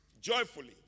joyfully